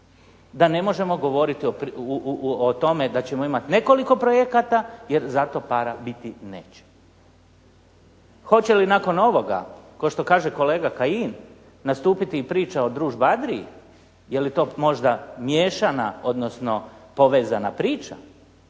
da ne možemo govoriti o tome da ćemo imati nekoliko projekata, jer za to para biti neće. Hoće li nakon ovoga kao što kaže kolega Kajin nastupiti i priča o Družba Adriji. Je li to možda miješana odnosno povezana priča